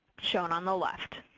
shown on the left.